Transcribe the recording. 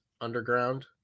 underground